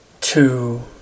two